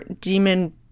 demon